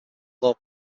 law